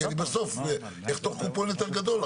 כי בסוף אני אחתוך קופון יותר גדול.